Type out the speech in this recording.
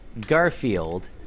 Garfield